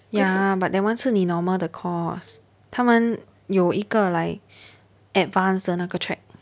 ya but that one 是你 normal 的 course 他们有一个 like advanced 的那个 track